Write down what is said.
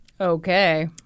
Okay